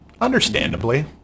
understandably